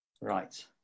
Right